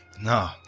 No